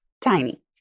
Tiny